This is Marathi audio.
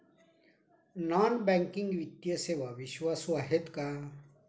नॉन बँकिंग वित्तीय सेवा विश्वासू आहेत का?